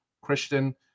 Christian